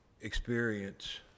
experience